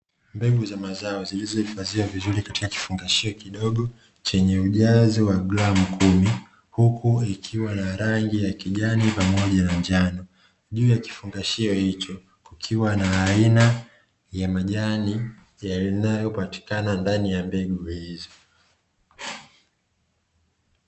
Mbegu za mazao zilizohifadhiwa vizuri katika kifungashio kidogo chenye ujazo wa gramu kumi, huku ikiwa na rangi ya kijani pamoja na njano, juu ya kifungashio hicho kukiwa na aina ya majani yanayopatikana ndani ya mbegu hizo.